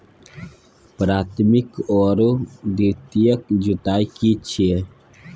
प्राथमिक आरो द्वितीयक जुताई की छिये?